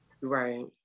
Right